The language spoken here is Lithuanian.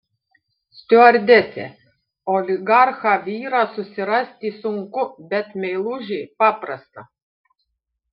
stiuardesė oligarchą vyrą susirasti sunku bet meilužį paprasta